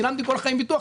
שילמתי כל החיים ביטוח,